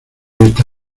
esta